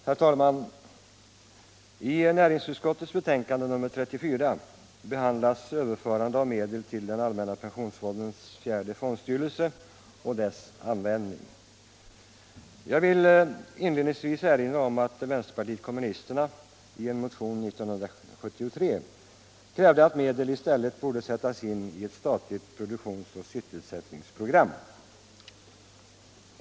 Herr talman! I näringsutskottets betänkande nr 34 behandlas överförande av medel till den allmänna pensionsfondens fjärde fondstyrelse och dess användning. Jag vill inledningsvis erinra om att vänsterpartiet kommunisterna i en motion år 1973 krävde att medel i stället borde sättas in i ett statligt produktionsoch sysselsättningsprogram.